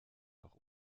auch